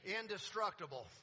indestructible